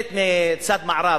דלת מצד מערב,